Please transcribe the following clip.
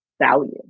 value